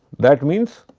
that means,